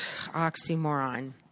oxymoron